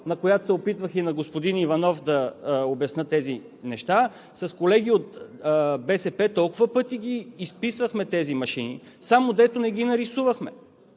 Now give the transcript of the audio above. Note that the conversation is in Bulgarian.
на която се опитвах и на господин Иванов да обясня тези неща, с колеги от БСП толкова пъти ги изписвахме тези машини – само дето не ги нарисувахме!